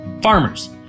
Farmers